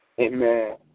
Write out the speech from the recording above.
Amen